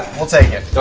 we'll take it.